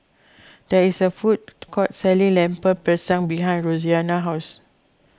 there is a food court selling Lemper Pisang behind Roseanna's house